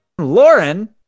Lauren